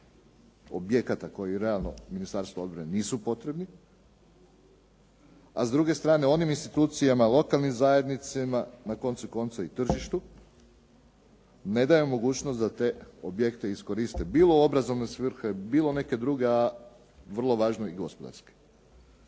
objekata koji realno Ministarstvu obrane nisu potrebni, s druge strane onim institucijama, lokalnim zajednicama na koncu konca i tržištu ne daje mogućnost da te objekte iskoriste bilo u obrazovne svrhe, bilo u neke druge a vrlo važno i gospodarski.